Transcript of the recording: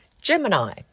Gemini